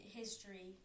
history